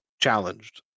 challenged